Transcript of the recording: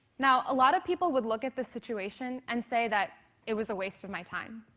now a lot of people would look at the situation and say that it was a waste of my time.